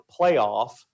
playoff